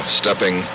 stepping